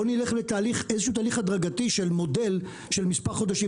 בואו נלך לאיזשהו תהליך הדרגתי של מודל של מספר חודשים,